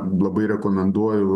labai rekomenduoju